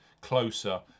closer